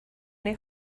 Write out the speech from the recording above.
neu